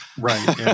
Right